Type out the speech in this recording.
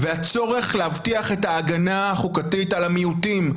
והצורך להבטיח את ההגנה החוקתית על המיעוטים,